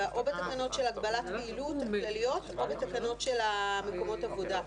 או בתקנות של הגבלת פעילות כלליות או בתקנות של מקומות עבודה.